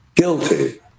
guilty